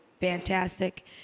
fantastic